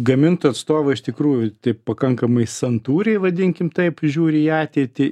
gamintojų atstovai iš tikrųjų taip pakankamai santūriai vadinkim taip žiūri į ateitį